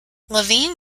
levine